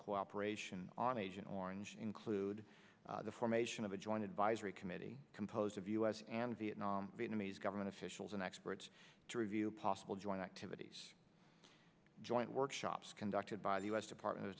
cooperation on agent orange include the formation of a joint advisory committee composed of u s and vietnam vietnamese government officials and experts to review possible joint activities joint workshops conducted by the u s department of